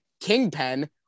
Kingpin